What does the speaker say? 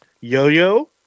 Yo-Yo